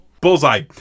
bullseye